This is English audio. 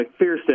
McPherson